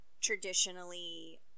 traditionally